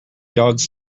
dogs